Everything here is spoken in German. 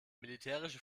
militärische